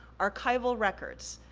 archival records.